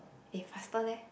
eh faster leh